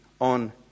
on